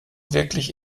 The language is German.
wirklich